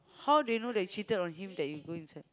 how they know they cheated on him that you go inside